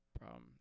problem